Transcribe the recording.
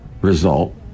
result